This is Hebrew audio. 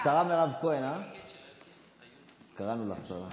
השרה מירב כהן, קראנו לך שרה.